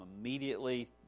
immediately